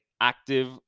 active